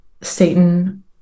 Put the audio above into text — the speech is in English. Satan